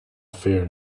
fear